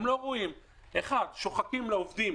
מצד אחד שוחקים לעובדים